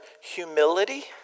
humility